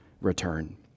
return